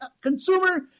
consumer